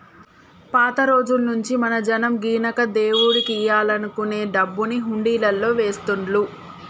పాత రోజుల్నుంచీ మన జనం గినక దేవుడికియ్యాలనుకునే డబ్బుని హుండీలల్లో వేస్తుళ్ళు